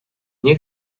nie